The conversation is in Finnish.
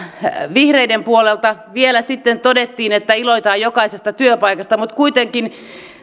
vihreiden puolelta vielä sitten todettiin että iloitaan jokaisesta työpaikasta mutta kuitenkin